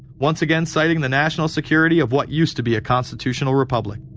once again citing the national security of what used to be a constitutional republic,